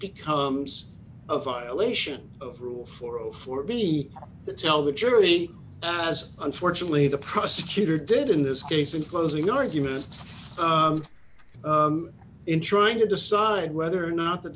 becomes a violation of rule forty for me to tell the jury as unfortunately the prosecutor did in this case in closing argument in trying to decide whether or not the